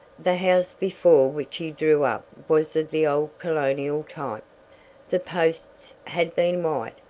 the house before which he drew up was of the old colonial type the posts had been white,